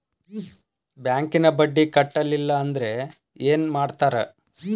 ಬ್ಯಾಂಕಿನ ಬಡ್ಡಿ ಕಟ್ಟಲಿಲ್ಲ ಅಂದ್ರೆ ಏನ್ ಮಾಡ್ತಾರ?